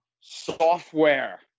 software